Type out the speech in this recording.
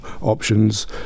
options